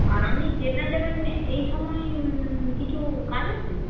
আর আপনি চেন্নাই যাবেন এই সময় কিছু কাজ আছে